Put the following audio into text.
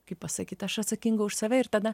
kaip pasakyt aš atsakinga už save ir tada